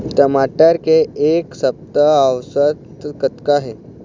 टमाटर के एक सप्ता औसत कतका हे?